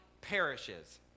perishes